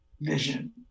vision